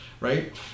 Right